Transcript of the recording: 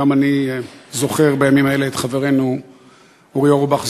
גם אני זוכר בימים האלה את חברנו אורי אורבך,